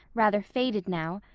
rather faded now,